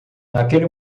naquele